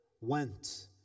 went